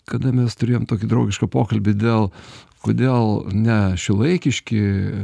kada mes turėjom tokį draugišką pokalbį dėl kodėl ne šiuolaikiški